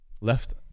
left